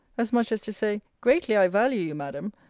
as much as to say, greatly i value you, madam,